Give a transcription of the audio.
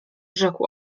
rzekł